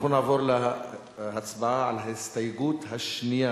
אנחנו נעבור להצבעה על ההסתייגות השנייה